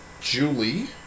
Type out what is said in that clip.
Julie